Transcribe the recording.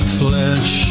flesh